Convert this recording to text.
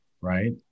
right